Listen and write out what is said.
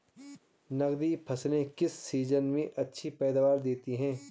नकदी फसलें किस सीजन में अच्छी पैदावार देतीं हैं?